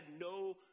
no